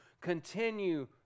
continue